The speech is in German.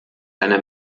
einer